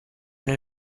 eine